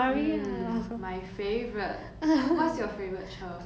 mm my favourite what's your favourite 车